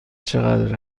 چقدر